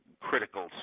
critical